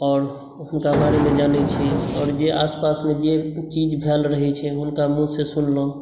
आओर हुनका बारेमे जनै छी आओर जे आसपासमे जे चीज भेल रहै छै हुनका मुँहसँ सुनलहुँ